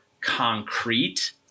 concrete